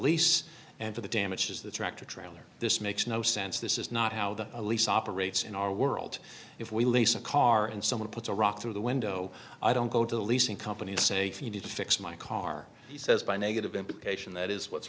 lease and for the damages the tractor trailer this makes no sense this is not how the lease operates in our world if we lease a car and someone puts a rock through the window i don't go to the leasing company and say you need to fix my car he says by negative implication that is what's